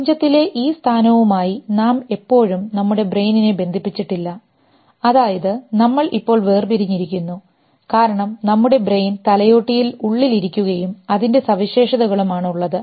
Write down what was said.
പ്രപഞ്ചത്തിലെ ഈ സ്ഥാനവുമായി നാം ഇപ്പോഴും നമ്മുടെ ബ്രെയിനിനെ ബന്ധിപ്പിച്ചിട്ടില്ല അതായത് നമ്മൾ ഇപ്പോൾ വേർപിരിഞ്ഞിരിക്കുന്നു കാരണം നമ്മുടെ ബ്രെയിൻ തലയോട്ടിയിൽ ഉള്ളിൽ ഇരിക്കുകയും അതിൻറെ സവിശേഷതകളും ആണ് ഉള്ളത്